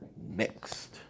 Next